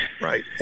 Right